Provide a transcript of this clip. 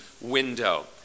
window